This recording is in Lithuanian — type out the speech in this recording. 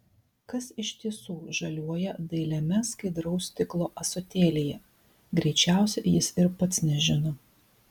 kas iš tiesų žaliuoja dailiame skaidraus stiklo ąsotėlyje greičiausiai jis ir pats nežino